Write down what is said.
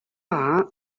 are